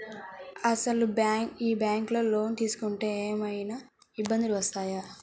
అసలు ఈ బ్యాంక్లో లోన్ తీసుకుంటే ఏమయినా ఇబ్బందులు వస్తాయా?